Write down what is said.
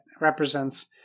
represents